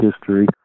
history